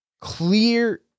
clear